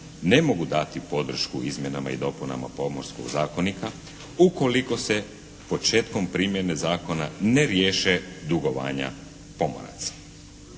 ne mogu dati podršku izmjenama i dopunama Pomorskog zakonika ukoliko se početkom primjene zakona ne riješe dugovanja pomoraca.